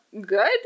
good